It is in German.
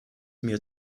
mir